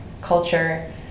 culture